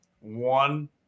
one